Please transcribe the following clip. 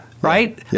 Right